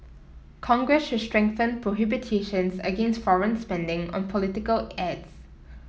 congress should strengthen prohibitions against foreign spending on political ads